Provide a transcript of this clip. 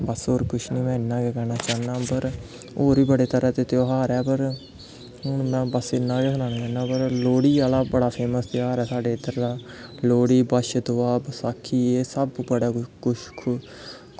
बस होर किश निं में इन्ना गै आखना चाह्नां होर बी बड़े तरह दे तेहार ऐ पर इन्ना गै सनाना चाह्नां पर लोह्ड़ी आह्ला बड़ा फेमस तेहार ऐ साढ़े इद्धर दा लोह्ड़ी बच्छदुआ बसाखी एह् सब कुछ